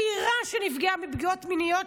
צעירה שנפגעה בפגיעות מיניות,